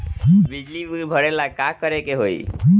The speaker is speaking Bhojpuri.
बिजली बिल भरेला का करे के होई?